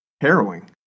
harrowing